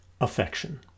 Affection